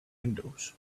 windows